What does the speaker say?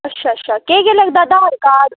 अच्छा अच्छा केह् केह् लगदा आधार कार्ड